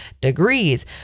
degrees